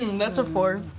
that's a four.